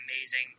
amazing